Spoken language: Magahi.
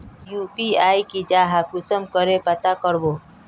यु.पी.आई की जाहा कुंसम करे पता करबो?